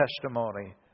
testimony